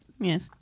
Yes